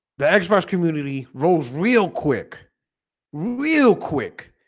the xbox community rose real quick real quick